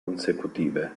consecutive